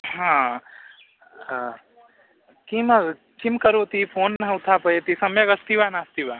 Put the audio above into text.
हा किं किं करोति फ़ोन् न उत्थापयति सम्यगस्ति वा नास्ति वा